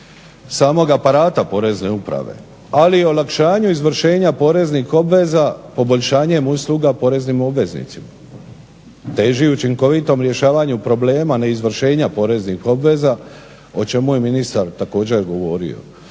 samog aparata Porezne uprave, ali i olakšanju izvršenja poreznih obveza poboljšanjem usluga poreznim obveznicima. Teži i učinkovitom rješavanju problema neizvršenja poreznih obveza, o čemu je ministar također govorio.